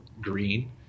green